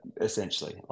essentially